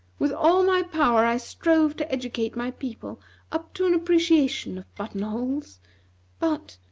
with all my power i strove to educate my people up to an appreciation of button-holes but,